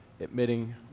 admitting